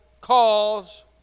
calls